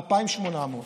2,800,